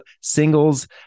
singles